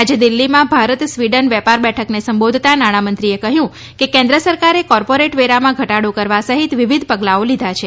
આજે દિલ્હીમાં ભારત સ્વીડન વેપાર બેઠકને સંબોધતા નાણામંત્રીએ કહ્યું કે કેન્દ્ર સરકારે કોર્પોરેટ વેરામાં ઘટાડો કરવા સહિત વિવિધ પગલાઓ લીધા છે